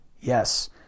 Yes